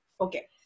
Okay